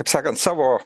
taip sakant savo